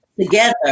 together